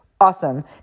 awesome